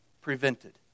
prevented